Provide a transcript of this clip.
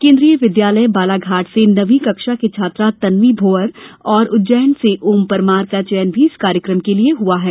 केंद्रीय विद्यालय बालाघाट से नवीं कक्षा की छात्रा तन्वी भोयर और उज्जैन से ओम परमार का चयन भी इस कार्यक्रम के लिए हुआ है